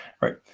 right